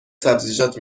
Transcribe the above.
سبزیجات